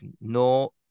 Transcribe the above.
no